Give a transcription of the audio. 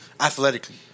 athletically